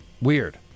Weird